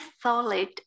solid